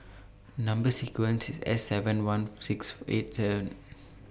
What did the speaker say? Number sequence IS S seven one six eight seven